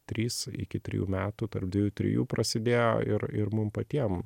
trys iki trijų metų tarp dviejų trijų prasidėjo ir ir mum patiem